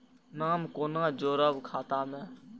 नाम कोना जोरब खाता मे